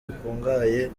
bikungahaye